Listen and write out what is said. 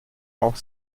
auch